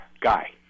guy